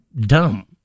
dumb